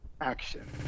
action